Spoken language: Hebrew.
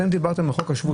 אתם דיברתם על חוק השבות.